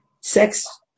sex